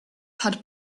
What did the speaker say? had